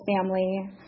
family